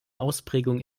ausprägung